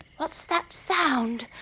what's that sound?